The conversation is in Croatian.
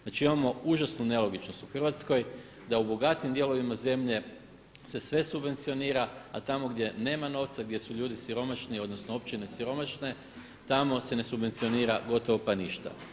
Znači imamo užasnu nelogičnost u Hrvatskoj, da u bogatijim dijelovima zemlje se sve subvencionira, a tamo gdje nema novca, gdje su ljudi siromašni odnosno općine siromašne tamo se ne subvencionira gotovo pa ništa.